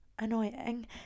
annoying